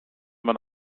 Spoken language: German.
man